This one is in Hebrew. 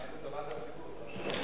מה זה טובת הציבור, זו השאלה.